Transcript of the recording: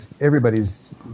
Everybody's